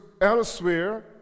elsewhere